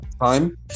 time